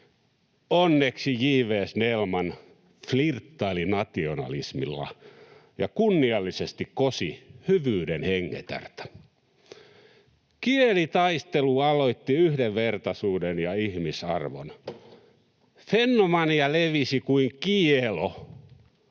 Onneksi J. V. Snellman flirttaili nationalismilla ja kunniallisesti kosi hyvyyden hengetärtä. Kielitaistelu aloitti yhdenvertaisuuden ja ihmisarvon. Fennomania levisi kuin kielo,